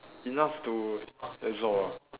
enough to that's all ah